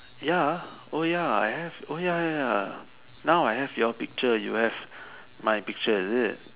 ya oh ya I have oh ya ya ya now I have your picture you have my picture is it